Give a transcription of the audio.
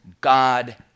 God